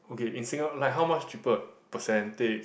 okay in singa~ like how much cheaper percentage